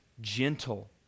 gentle